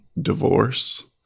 divorce